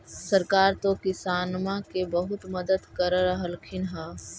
सरकार तो किसानमा के बहुते मदद कर रहल्खिन ह?